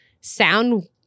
sound